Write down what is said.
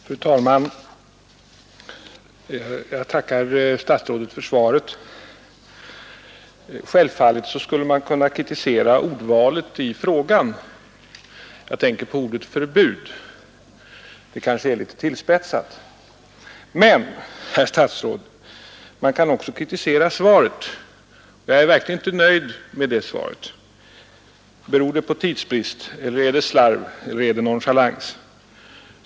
Fru talman! Jag tackar statsrådet för svaret. Självfallet skulle man kunna kritisera ordvalet i frågan. Jag tänker på ordet ”förbud”; Det är kanske litet tillspetsat. Men, herr statsråd, man kan också kritisera svaret. Jag är verkligen inte nöjd med det. Beror det på tidsbrist, eller är det slarv eller nonchalans?